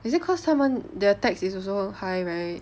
is it cause 他们 their tax is also high right